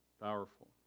Powerful